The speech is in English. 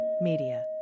Media